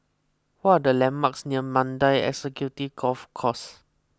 what are the landmarks near Mandai Executive Golf Course